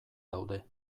daude